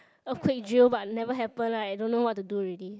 earthquake drill but never happen lah I don't know what to do already